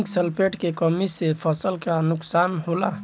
Zinc sulphate के कमी से फसल के का नुकसान होला?